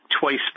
twice